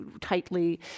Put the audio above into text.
tightly